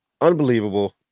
Unbelievable